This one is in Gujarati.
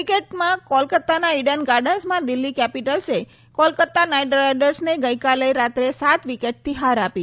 ક્રિકેટમાં કોલકાતાના ઇડન ગાર્ડન્સમાં દિલ્હી કેપિટલ્સે કોલકાતા નાઇટ રાઇડર્સને ગઇકાલે રાત્રે સાત વિકેટથી હાર આપી